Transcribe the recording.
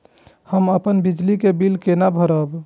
हम अपन बिजली के बिल केना भरब?